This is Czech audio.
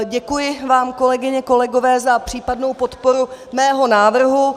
Děkuji vám, kolegyně, kolegové, za případnou podporu mého návrhu.